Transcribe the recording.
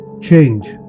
change